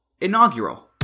Inaugural